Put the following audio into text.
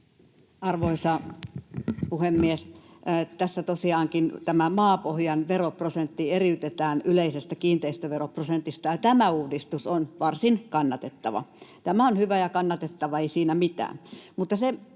Arvoisa puhemies! Tässä tosiaankin maapohjan veroprosentti eriytetään yleisestä kiinteistöveroprosentista, ja tämä uudistus on varsin kannatettava. Tämä on hyvä ja kannatettava, ei siinä mitään.